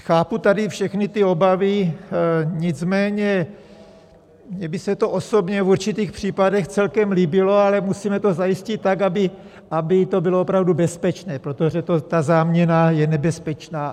Chápu tady všechny ty obavy, nicméně mně by se to osobně v určitých případech celkem líbilo, ale musíme to zajistit tak, aby to bylo opravdu bezpečné, protože ta záměna je nebezpečná.